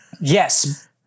Yes